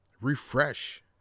refresh